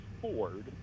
Ford